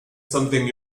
something